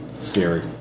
scary